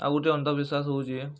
ଆଉ ଗୁଟେ ଅନ୍ଧ ବିଶ୍ୱାସ୍ ହଉଛେ